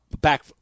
back